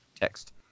text